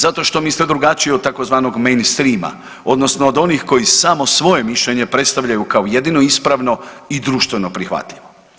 Zato što misle drugačije od tzv. mainstream-a odnosno od onih koji samo svoje mišljenje predstavljaju kao jedino ispravno i društveno prihvatljivo.